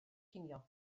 cinio